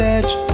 Edge